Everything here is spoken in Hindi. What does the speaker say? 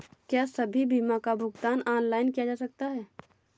क्या सभी बीमा का भुगतान ऑनलाइन किया जा सकता है?